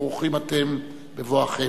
ברוכים אתם בבואכם.